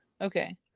Okay